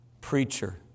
preacher